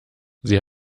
sie